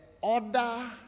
order